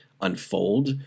unfold